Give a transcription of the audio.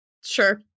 Sure